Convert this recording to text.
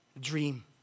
Dream